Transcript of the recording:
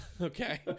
okay